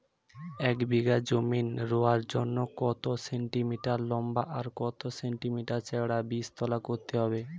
এক বিঘা জমি রোয়ার জন্য কত সেন্টিমিটার লম্বা আর কত সেন্টিমিটার চওড়া বীজতলা করতে হবে?